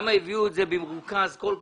ואני גם מבקש לשאול את היועצת המשפטית של הוועדה,